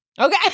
Okay